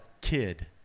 kid